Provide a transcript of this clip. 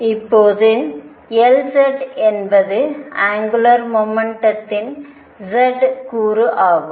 இப்போது Lz என்பது angular மொமெண்டதின் z கூறு ஆகும்